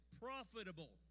profitable